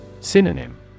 Synonym